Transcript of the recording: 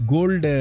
Gold